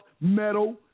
metal